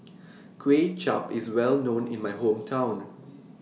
Kway Chap IS Well known in My Hometown